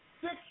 six